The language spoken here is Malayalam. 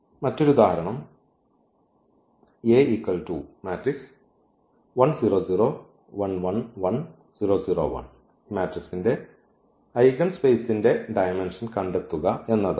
മറ്റൊരു ഉദാഹരണം യുടെ ഐഗെൻസ്പേസിന്റെ ഡയമെന്ഷൻ കണ്ടെത്തുക എന്നതാണ്